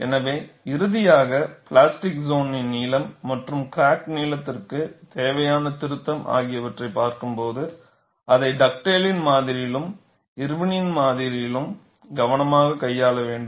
எனவே இறுதியாக plastic zone நீளம் மற்றும் கிராக் நீளத்திற்குத் தேவையான திருத்தம் ஆகியவற்றைப் பார்க்கும்போது அதை டக்டேலின் மாதிரியிலும் இர்வின் மாதிரியிலும்Irwin's model கவனமாகக் கையாள வேண்டும்